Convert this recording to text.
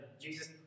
Jesus